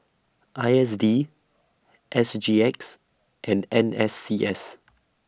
I S D S G X and N S C S